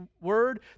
word